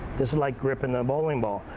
this is like gripping a and bowling ball.